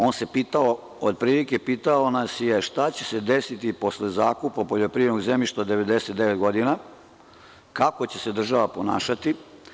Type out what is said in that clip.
On nas je otprilike pitao šta će se desiti posle zakupa poljoprivrednog zemljišta od 99 godina, kako će se država ponašati?